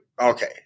okay